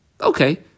Okay